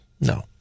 No